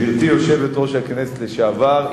גברתי יושבת-ראש הכנסת לשעבר,